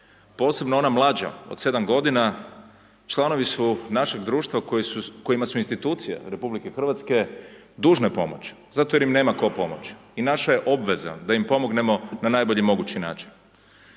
posebno ona mlađa od 7 g. članovi su našeg društva kojima su institucije RH dužne pomoći, zato jer im nema tko pomoći i naše je obaveza da im pomognemo na najbolji mogući način.